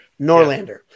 Norlander